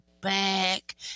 back